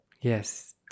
Yes